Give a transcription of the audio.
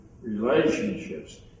relationships